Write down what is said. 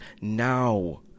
now